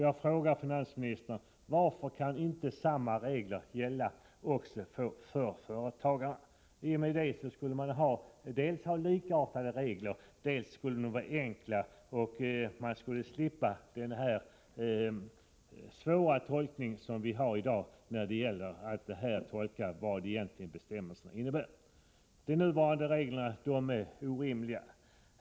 Jag frågar finansministern: Varför kan inte samma regler gälla också för företagarna? I så fall skulle man ha dels likartade regler, dels enkla regler. Man skulle slippa de svårigheter som vi i dag har när det gäller att tolka vad bestämmelserna i detta sammanhang egentligen innebär. De nuvarande reglerna är orimliga.